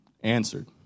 answered